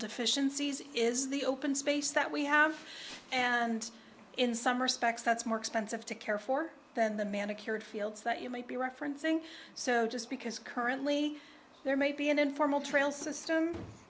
deficiencies is the open space that we have and in some respects that's more expensive to care for than the manicured fields that you might be referencing so just because currently there may be an informal trail system